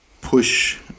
push